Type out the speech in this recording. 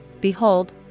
Behold